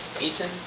Ethan